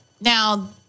Now